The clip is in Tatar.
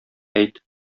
әйт